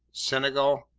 senegal,